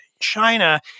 China